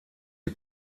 die